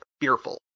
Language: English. fearful